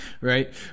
right